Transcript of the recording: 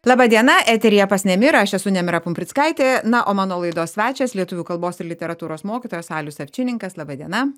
laba diena eteryje pats nemirą aš esu nemira pumprickaitė na o mano laidos svečias lietuvių kalbos ir literatūros mokytojas alius avčininkas laba diena